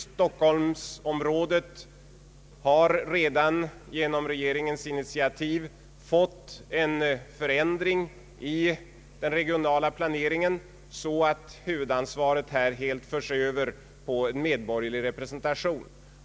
Stockholmsområdet har redan, genom regeringens initiativ, fått en förändring i den regionala planeringen, så att huvudansvaret helt förts över på en medborgerlig representation.